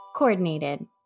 Coordinated